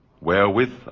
wherewith